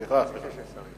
בטח שיש שר.